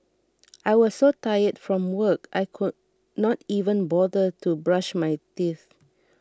I was so tired from work I could not even bother to brush my teeth